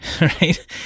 right